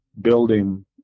building